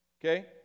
Okay